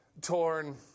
torn